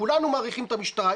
כולנו מעריכים את המשטרה,